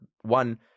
one